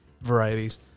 varieties